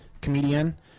Comedian